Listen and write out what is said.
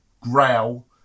growl